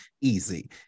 easy